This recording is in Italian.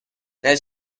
nel